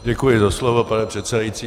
Děkuji za slovo, pane předsedající.